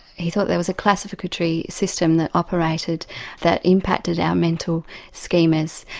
he thought there was a classificatory system that operated that impacted our mental schemas,